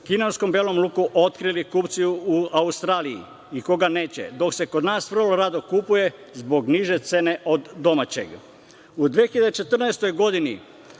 u kineskom belom luku otkrili kupci u Australiji i koga neće, dok se kod nas vrlo rado kupuje zbog niže cene od domaćeg.U 2014. godini